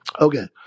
Okay